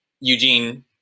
Eugene